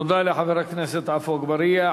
תודה לחבר הכנסת עפו אגבאריה.